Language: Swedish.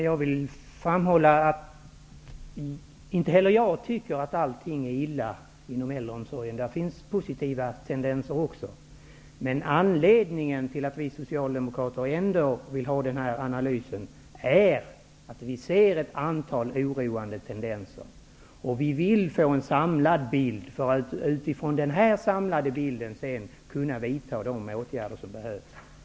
Herr talman! Inte heller jag tycker att allting är illa inom äldreomsorgen. Det finns positiva tendenser också. Anledningen till att vi socialdemokrater ändå vill ha en analys är det faktum att vi ser ett antal oroande tendenser. Vi vill ha en samlad bild för att utifrån en sådan vidta de åtgärder som behövs.